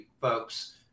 folks